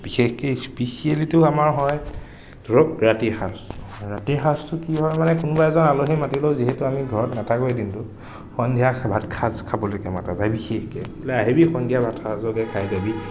বিশেষকে স্পেছিয়েলিটো আমাৰ হয় ধৰক ৰাতিৰ সাঁজ ৰাতিৰ সাঁজটো কি হয় মানে কোনোবা এজন আলহী মাতিলেও যিহেতু আমি ঘৰত নাথাকোৱেই দিনটো সন্ধিয়াৰ ভাত সাঁজ খাবলৈকে মতা যায় বিশেষকে বোলে আহিবি সন্ধিয়া ভাত সাঁজকে খাই যাবিহি